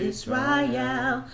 Israel